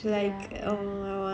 ya ya